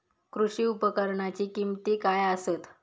कृषी उपकरणाची किमती काय आसत?